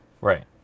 Right